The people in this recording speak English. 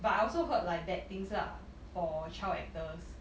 but I also heard like bad things lah for child actors